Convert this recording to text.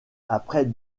après